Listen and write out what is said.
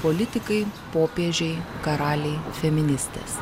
politikai popiežiai karaliai feministės